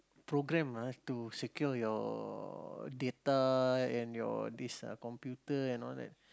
program ah to secure your data and your this uh computer and all that